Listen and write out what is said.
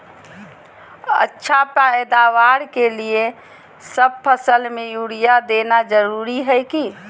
अच्छा पैदावार के लिए सब फसल में यूरिया देना जरुरी है की?